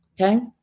Okay